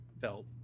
felt